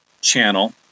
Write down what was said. channel